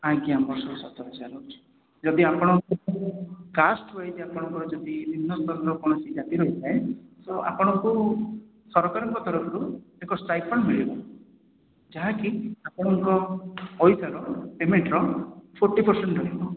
ଆଜ୍ଞା ବର୍ଷକୁ ସତର ହଜାର ରହୁଛି ଯଦି ଆପଣ କାଷ୍ଟ୍ ୱାଇଜ୍ ଆପଣଙ୍କର ଯଦି ନିମ୍ନ ବର୍ଗର କୌଣସି ଜାତି ରହିଥାଏ ତ ଆପଣଙ୍କୁ ସରକାରଙ୍କ ତରଫରୁ ଏକ ଷ୍ଟାଇପେଣ୍ଡ୍ ମିଳିବ ଯାହାକି ଆପଣଙ୍କର ପଇସାର ପେମେଣ୍ଟର ଫର୍ଟି ପରସେଣ୍ଟ୍ ରହିବ